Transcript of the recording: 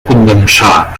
condensar